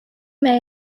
may